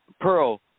Pearl